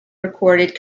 recorded